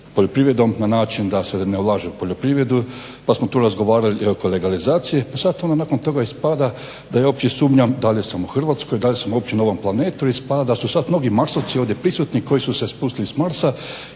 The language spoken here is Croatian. poljoprivredom na način da se ne ulaže u poljoprivredu, pa smo tu razgovarali oko legalizacije pa sada nakon toga ispada da ja uopće sumnjam da li sam u Hrvatskoj da li sam uopće na ovom planetu jel ispada da su sada mnogi Marsovci ovdje prisutni koji su se spustili s Marsa